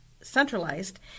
centralized